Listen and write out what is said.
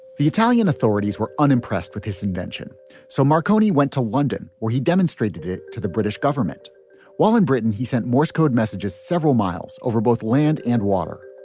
the italian authorities were unimpressed with his invention so marconi went to london where he demonstrated it to the british government while in britain. he sent morse code messages several miles over both land and water.